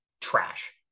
trash